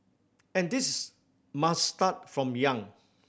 and this must start from young